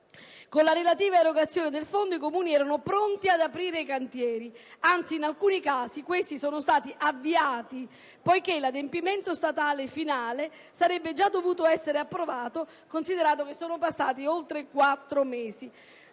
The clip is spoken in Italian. Con la relativa erogazione del Fondo i Comuni erano pronti ad aprire i cantieri; anzi, in alcuni casi questi sono stati avviati poiché l'adempimento statale finale avrebbe già dovuto essere approvato considerando che sono passati oltre quattro mesi.